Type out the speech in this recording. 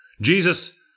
Jesus